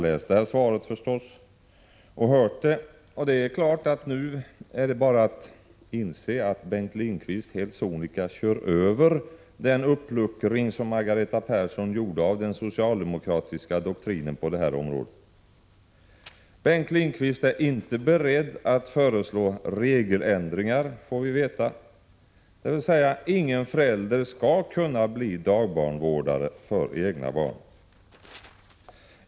Efter att ha hört svaret är det bara att inse att Bengt Lindqvist helt sonika kör över den uppluckring som Margareta Persson gjorde av den socialdemokratiska doktrinen på detta område. Bengt Lindqvist är inte beredd att föreslå regeländringar, får vi veta, dvs. ingen förälder skall kunna bli dagbarnvårdare för egna barn.